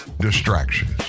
Distractions